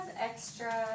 extra